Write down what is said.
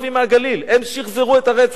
שלושה ערבים מהגליל, הם שחזרו את הרצח.